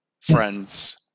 friends